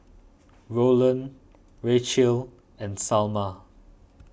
Roland Racheal and Salma